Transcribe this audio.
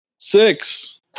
Six